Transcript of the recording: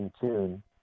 tune